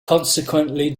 consequently